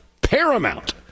paramount